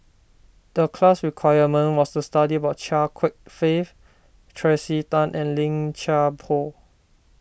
the class assignment was to study about Chia Kwek Fah Tracey Tan and Lim Chuan Poh